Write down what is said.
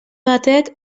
batek